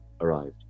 arrived